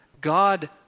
God